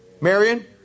Marion